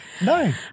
No